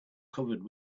covered